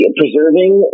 preserving